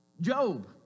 Job